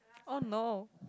oh no